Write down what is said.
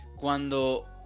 Cuando